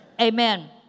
amen